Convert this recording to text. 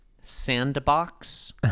sandbox